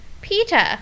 Peter